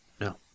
No